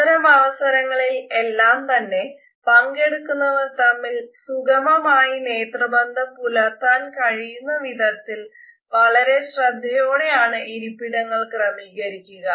അത്തരം അവസരങ്ങളിൽ എല്ലാം തന്നെ പങ്കെടുക്കുന്നവർ തമ്മിൽ സുഗമമായി നേത്രബന്ധം പുലർത്താൻ കഴിയുന്ന വിധത്തിൽ വളരെ ശ്രദ്ധയോടെയാണ് ഇരിപ്പിടങ്ങൾ ക്രമീകരിക്കുക